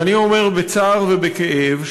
ואני אומר בצער ובכאב,